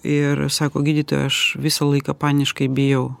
ir sako gydytoja aš visą laiką paniškai bijau